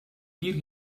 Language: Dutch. vier